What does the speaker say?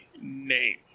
name